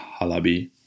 Halabi